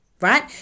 right